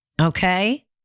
okay